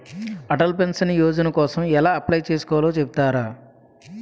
Atal pension Yojana కోసం ఎలా apply చేసుకోవాలో చెపుతారా?